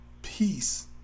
peace